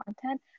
content